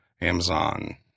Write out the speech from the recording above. Amazon